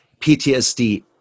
PTSD